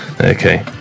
okay